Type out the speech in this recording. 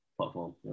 platform